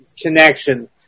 connection